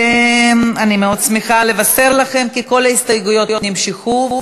אני מאוד שמחה לבשר לכם כי כל ההסתייגויות נמשכו,